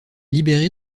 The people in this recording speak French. libéré